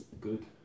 Good